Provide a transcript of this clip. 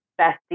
bestie